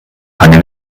keine